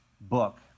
book